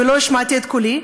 ולא השמעתי את קולי,